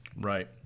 Right